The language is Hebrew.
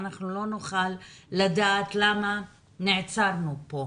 לא נוכל לדעת למה נעצרנו פה.